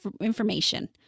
information